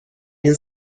این